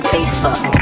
Facebook